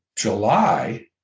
July